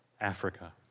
Africa